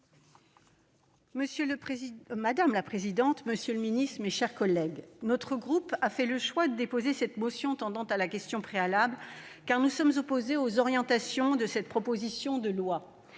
Madame la présidente, monsieur le ministre, mes chers collègues, notre groupe a fait le choix de déposer cette motion tendant à opposer la question préalable, car nous sommes opposés aux orientations de cette proposition de loi.